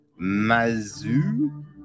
mazu